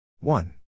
One